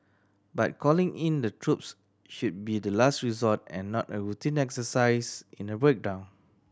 but calling in the troops should be the last resort and not a routine exercise in a breakdown